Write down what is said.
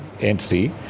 entity